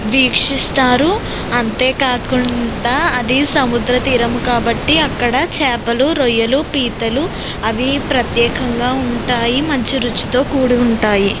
వీక్షిస్తారు అంతేకాకుండా అదీ సముద్ర తీరము కాబట్టి అక్కడ చేపలు రొయ్యలు పీతలు అవి ప్రత్యేకంగా ఉంటాయి మంచి రుచితో కూడి ఉంటాయి